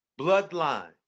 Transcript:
bloodline